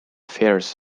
fares